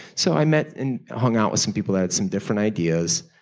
so i met and hung out with some people that had some different ideas.